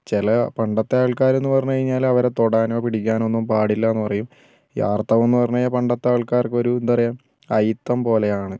ചില പണ്ടത്തെ ആൾക്കാരെന്നു പറഞ്ഞു കഴിഞ്ഞാൽ അവരെ തൊടാനോ പിടിക്കാനോ ഒന്നും പാടില്ലയെന്നു പറയും ഈ ആർത്തവം എന്ന് പറഞ്ഞു കഴിഞ്ഞാൽ പണ്ടത്തെ ആൾക്കാർക്ക് ഒരു എന്താ പറയുക അയിത്തം പോലെയാണ്